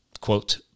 quote